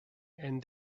and